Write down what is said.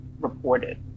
reported